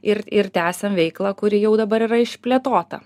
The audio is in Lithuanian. ir ir tęsiam veiklą kuri jau dabar yra išplėtota